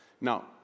Now